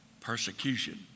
persecution